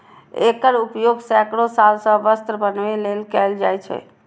एकर उपयोग सैकड़ो साल सं वस्त्र बनबै लेल कैल जाए छै